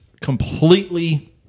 completely